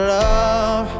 love